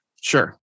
Sure